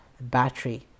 battery